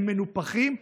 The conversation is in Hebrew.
הם מנופחים,